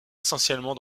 essentiellement